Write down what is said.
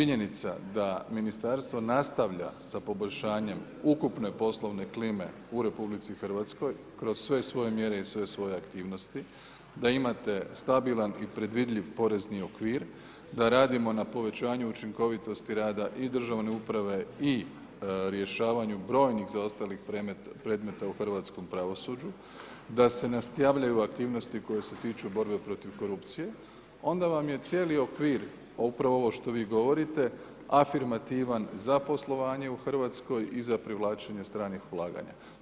Činjenica da ministarstvo nastavlja sa poboljšanjem ukupne poslovne klime u Republici Hrvatskoj kroz sve svoje mjere i sve svoje aktivnosti, da imate stabilan i predvidljiv porezni okvir, da radimo na povećanju učinkovitosti rada i državne uprave i rješavanju brojnih zaostalih predmeta u hrvatskom pravosuđu, da se javljaju aktivnosti koje se tiču borbe protiv korupcije onda vam je cijeli okvir upravo ovo što vi govorite afirmativan za poslovanje u Hrvatskoj i za privlačenje stranih ulaganja.